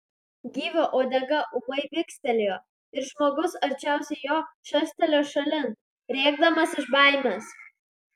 gyvio uodega ūmai vikstelėjo ir žmogus arčiausiai jo šastelėjo šalin rėkdamas iš baimės